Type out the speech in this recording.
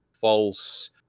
false